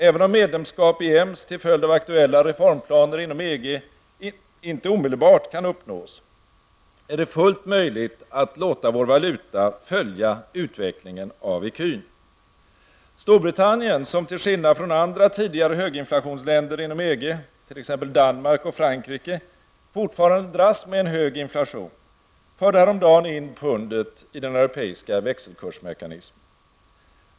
Även om medlemskap i EMS till följd av aktuella reformplaner inom EG inte omedelbart kan uppnås, är det fullt möjligt att låta vår valuta följa utvecklingen av ecun. Storbritannien, som till skillnad från andra tidigare höginflationsländer inom EG, t.ex. Danmark och Frankrike, fortfarande dras med en hög inflation, förde häromdagen in pundet i den europeiska växelkursmekanismen.